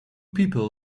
people